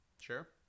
Sure